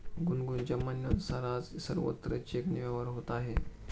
गुनगुनच्या म्हणण्यानुसार, आज सर्वत्र चेकने व्यवहार होत आहे